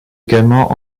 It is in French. également